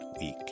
week